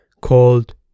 called